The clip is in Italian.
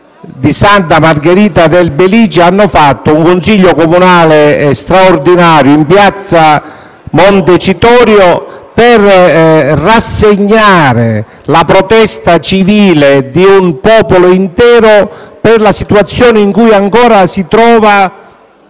di Santa Margherita del Belice hanno riunito un consiglio comunale straordinario in piazza Montecitorio per rassegnare la protesta civile di un popolo intero per la situazione in cui ancora si trova